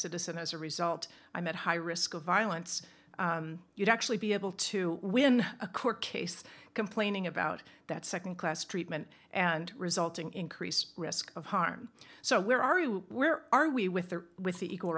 citizen as a result i'm at high risk of violence you'd actually be able to win a court case complaining about that nd class treatment and resulting increased risk of harm so where are you where are we with the with the equal